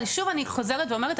ושוב אני חוזרת ואומרת,